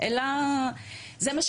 אלא זה מה שקרה,